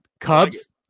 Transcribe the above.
Cubs